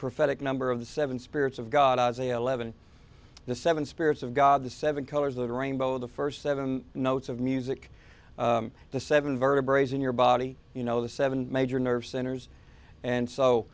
prophetic number of the seven spirits of god as a eleven the seven spirits of god the seven colors of the rainbow the first seven notes of music the seven vertebrae in your body you know the seven major nerve centers and so